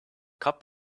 cup